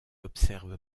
observe